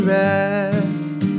rest